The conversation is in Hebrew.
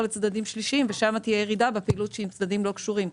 לצדדים שלישיים ושם תהיה ירידה בפעילות עם צדדים לא קשורים.